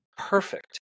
perfect